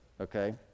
okay